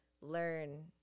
learn